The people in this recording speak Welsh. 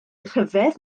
rhyfedd